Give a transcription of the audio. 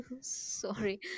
Sorry